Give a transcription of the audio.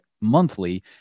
monthly